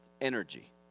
energy